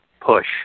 push